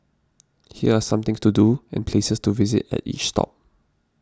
here are some things to do and places to visit at each stop